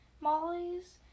Molly's